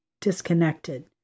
disconnected